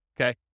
okay